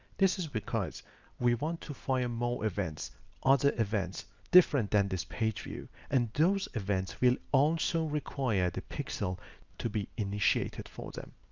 this is because we want to find more events are the events different than this page view. and those events will also require the pixel to be initiated for them.